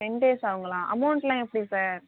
ten days ஆகுங்களா அமௌன்ட்லாம் எப்படி சார்